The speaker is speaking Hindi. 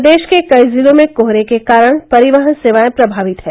प्रदेश के कई जिलों में कोहरे के कारण परिवहन सेवायें प्रभावित हैं